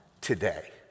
today